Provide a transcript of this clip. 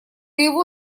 его